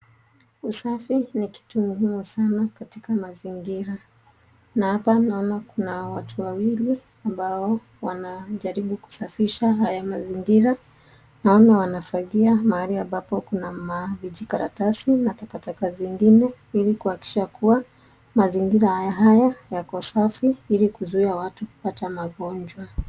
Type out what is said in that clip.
Usafi ni kitu muhimu sana katika mazingira na hapa naona kuna watu wawili ambao wanajaribu kusafisha haya mazingira ,naona wanafagia mahali ambapo kuna mavijikaratasi na takataka zingine ili kuhakikisha kuwa mazingira haya haya safi ili kuzuia watu kupata magonjwa.